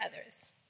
others